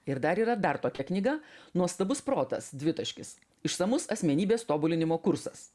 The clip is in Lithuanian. ir dar yra dar tokia knyga nuostabus protas dvitaškis išsamus asmenybės tobulinimo kursas